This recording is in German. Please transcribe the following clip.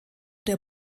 der